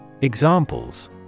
Examples